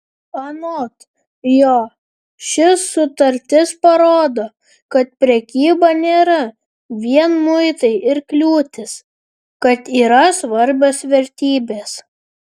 anot jo ši sutartis parodo kad prekyba nėra vien muitai ir kliūtys kad yra svarbios vertybės